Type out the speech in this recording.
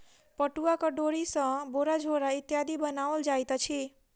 पटुआक डोरी सॅ बोरा झोरा इत्यादि बनाओल जाइत अछि